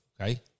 okay